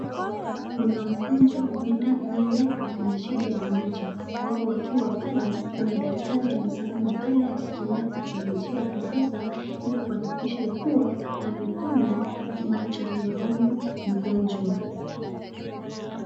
Kuna mgonjwa huenda yeye ako na shida ya macho. Wao wakiwa pale, kuna daktari ambaye amesimama pale akitumia technolojia ya kisasa ili kuhakikisha ya kwamba ameponya macho ya huyu mgonjwa.